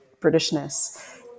Britishness